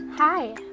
Hi